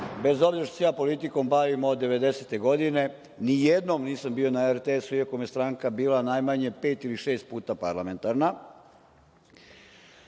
bez obzira što se ja politikom bavim od 1990. godine, ni jednom nisam bio na RTS, i ako mi je stranka bila najmanje pet ili šest puta parlamentarna,